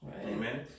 Amen